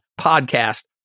podcast